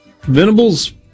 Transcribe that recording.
Venables